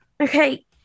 Okay